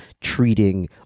treating